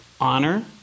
Honor